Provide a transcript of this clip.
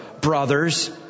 brothers